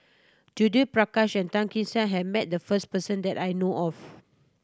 Judith Prakash and Tan Kee Sek has met the first person that I know of